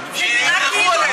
נעשה כלום, רגע.